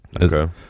Okay